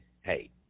hey